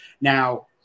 Now